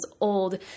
old